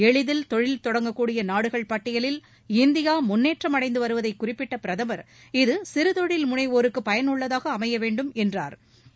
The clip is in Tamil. எளிதில் தொழில் தொடங்கக்கூடிய நாடுகள் பட்டியலில் இந்தியா முன்னேற்றம் அடைந்து வருவதை குறிப்பிட்ட பிரதமர் இது சிறுதொழில் முனைவோருக்கு பயனுள்ளதாக அமையவேண்டும் என்றா்